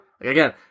Again